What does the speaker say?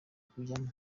kujyamo